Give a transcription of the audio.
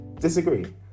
Disagree